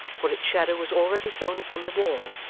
for its shadow was already thrown upon the wall.